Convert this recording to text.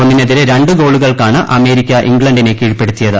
ഒന്നിനെതിരെ രണ്ട് ഗോളുകൾക്കാണ് അമേരിക്ക ഇംഗ്ലണ്ടിനെ കീഴ്പ്പെടുത്തിയത്